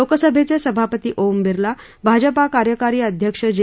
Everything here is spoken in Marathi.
लोकसभेचे सभापती ओम बिर्ला भाजपा कार्यकारी अध्यक्ष जे